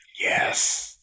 Yes